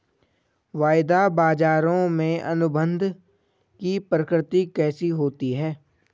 वायदा बाजारों में अनुबंध की प्रकृति कैसी होती है?